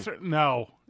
No